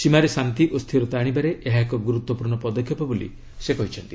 ସୀମାରେ ଶାନ୍ତି ଓ ସ୍ଥିରତା ଆଣିବାରେ ଏହା ଏକ ଗୁରୁତ୍ୱପୂର୍ଣ୍ଣ ପଦକ୍ଷେପ ବୋଲି ସେ କହିଛନ୍ତି